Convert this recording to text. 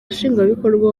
nshingwabikorwa